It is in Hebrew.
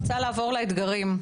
אני רוצה לעבור לאתגרים.